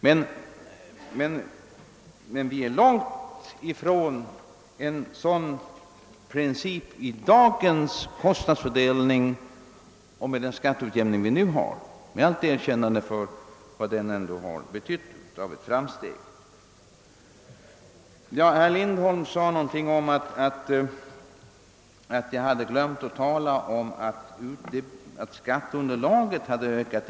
Men vi är långt ifrån en sådan princip när det gäller dagens kostnadsfördelning och med den skatteutjämning vi nu har — detta med allt erkännande för vad denna ändå har betytt och de framsteg den medfört. Herr Lindholm sade att jag hade glömt att tala om att kommunernas skatteunderlag hade ökat.